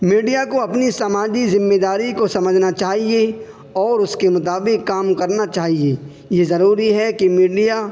media کو اپنی سماجی ذمہ داری کو سمجھنا چاہیے اور اس کے مطابق کام کرنا چاہیے یہ ضروری ہے کہ میڈیا